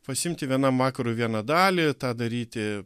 pasiimti vienam vakarui vieną dalį tą daryti